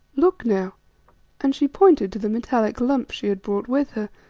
look now and she pointed to the metallic lump she had brought with her,